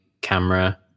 camera